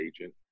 agent